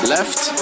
Left